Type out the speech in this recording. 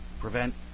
prevent